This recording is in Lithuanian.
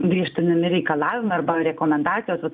griežtinami reikalavimai arba rekomendacijos